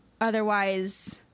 otherwise